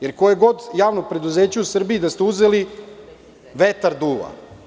Jer, koje god javno preduzeće u Srbiji da ste uzeli, vetar duva.